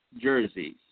jerseys